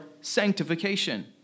sanctification